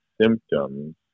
symptoms